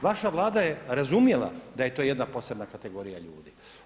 Vaša vlada je razumjela da je to jedna posebna kategorija ljudi.